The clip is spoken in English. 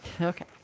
Okay